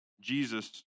Jesus